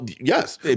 Yes